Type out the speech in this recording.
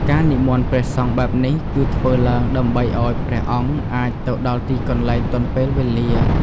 ការនិមន្តព្រះសង្ឃបែបនេះ គឺធ្វើឡើងដើម្បីឱ្យព្រះអង្គអាចទៅដល់ទីកន្លែងទាន់ពេលវេលា។